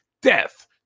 death